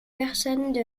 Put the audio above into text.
personnes